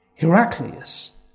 Heraclius